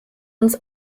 uns